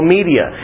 Media